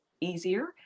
easier